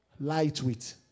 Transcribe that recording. Lightweight